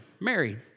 Mary